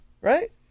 right